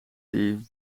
tea